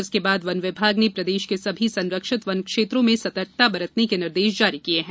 जिसके बाद वन विभाग ने प्रदेश के सभी संरक्षित वन क्षेत्रों में सतर्कता बरतने के निर्देश जारी किए हैं